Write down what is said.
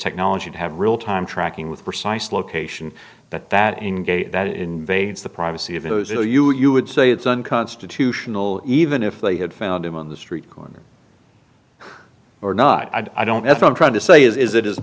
technology to have real time tracking with precise location but that ngae that invades the privacy of those ill you you would say it's unconstitutional even if they had found him on the street corner or not i don't know if i'm trying to say is it is is